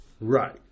Right